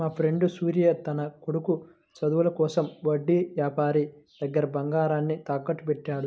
మాఫ్రెండు సూర్య తన కొడుకు చదువుల కోసం వడ్డీ యాపారి దగ్గర బంగారాన్ని తాకట్టుబెట్టాడు